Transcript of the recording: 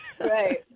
Right